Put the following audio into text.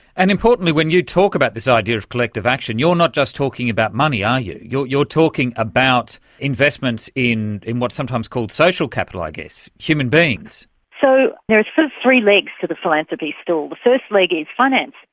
and importantly, when you talk about this idea of collective action, you're not just talking about money, ah yeah are you? you're talking about investments in in what's sometimes called social capital, i guess human beings. so, there are sort of three legs to the philanthropy stall. the first leg is finance,